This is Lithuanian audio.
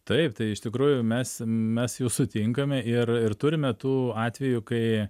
taip tai iš tikrųjų mes mes jų sutinkame ir ir turime tų atvejų kai